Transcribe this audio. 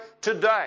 today